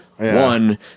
one